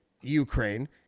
Ukraine